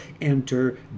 enter